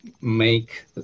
make